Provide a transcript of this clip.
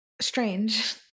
strange